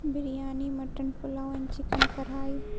biryani mutton pulao and chicken کڑھائی